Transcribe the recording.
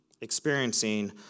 experiencing